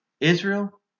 Israel